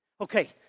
Okay